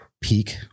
Peak